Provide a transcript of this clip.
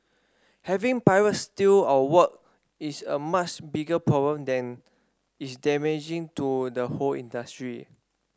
having pirates steal our work is a much bigger problem than is damaging to the whole industry